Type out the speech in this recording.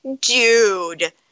dude